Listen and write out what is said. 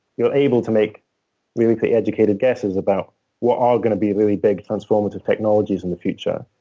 you're able to make really really educated guesses about what are going to be really big transformative technologies in the future.